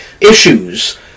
issues